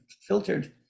filtered